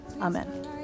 Amen